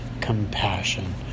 compassion